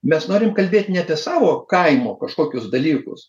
mes norim kalbėt ne apie savo kaimo kažkokius dalykus